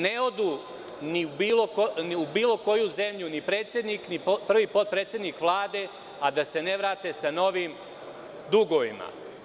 Ne odu ni u bilo koju zemlju ni predsednik, ni prvi potpredsednik Vlade a da se ne vrate sa novim dugovima.